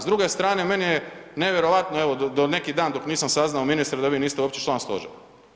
S druge strane meni je nevjerojatno evo do neki dan dok nisam saznao ministre vi niste uopće član stožera.